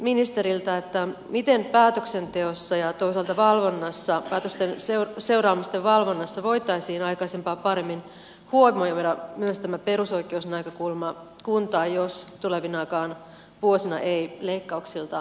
kysyisinkin ministeriltä miten päätöksenteossa ja toisaalta päätösten seuraamusten valvonnassa voitaisiin aikaisempaa paremmin huomioida myös tämä perusoikeusnäkökulma kun tai jos tulevinakaan vuosina ei leikkauksilta vältytä